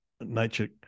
nature